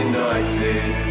United